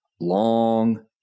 long